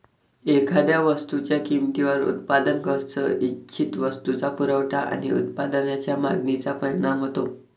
एखाद्या वस्तूच्या किमतीवर उत्पादन खर्च, इच्छित वस्तूचा पुरवठा आणि उत्पादनाच्या मागणीचा परिणाम होतो